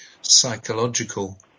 psychological